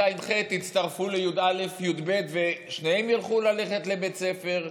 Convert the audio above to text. ז,' ח' יצטרפו לי"א-י"ב ושניהם יוכלו ללכת לבית ספר?